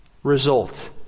Result